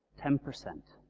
ten percent.